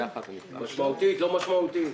משמעותית או לא משמעותית?